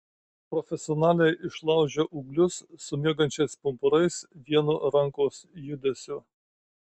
profesionalai išlaužia ūglius su miegančiais pumpurais vienu rankos judesiu